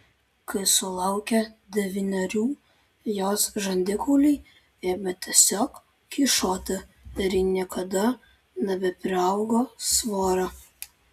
kai sulaukė devynerių jos žandikauliai ėmė tiesiog kyšoti ir ji niekada nebepriaugo svorio